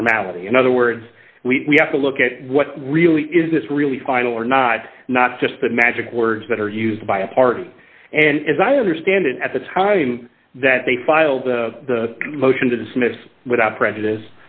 formality in other words we have to look at what really is this really final or not not just the magic words that are used by a party and as i understand it at the time that they filed a motion to dismiss without prejudice